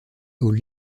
aux